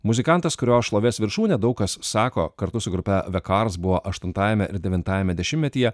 muzikantas kurio šlovės viršūnė daug kas sako kartu su grupe the cars buvo aštuntajame ir devintajame dešimtmetyje